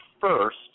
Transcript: first